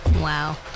Wow